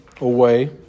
away